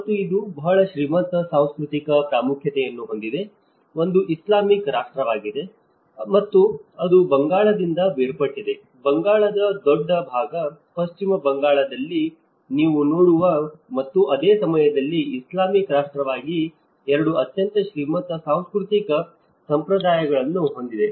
ಮತ್ತು ಇದು ಬಹಳ ಶ್ರೀಮಂತ ಸಾಂಸ್ಕೃತಿಕ ಪ್ರಾಮುಖ್ಯತೆಯನ್ನು ಹೊಂದಿದೆ ಒಂದು ಇಸ್ಲಾಮಿಕ್ ರಾಷ್ಟ್ರವಾಗಿದೆ ಮತ್ತು ಅದು ಬಂಗಾಳದಿಂದ ಬೇರ್ಪಟ್ಟಿದೆ ಬಂಗಾಳದ ದೊಡ್ಡ ಭಾಗ ಪಶ್ಚಿಮ ಬಂಗಾಳದಲ್ಲಿ ನೀವು ನೋಡುವ ಮತ್ತು ಅದೇ ಸಮಯದಲ್ಲಿ ಇಸ್ಲಾಮಿಕ್ ರಾಷ್ಟ್ರವಾಗಿ ಎರಡೂ ಅತ್ಯಂತ ಶ್ರೀಮಂತ ಸಾಂಸ್ಕೃತಿಕ ಸಂಪ್ರದಾಯಗಳನ್ನು ಹೊಂದಿದೆ